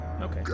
Okay